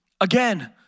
again